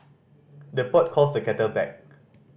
the pot calls the kettle black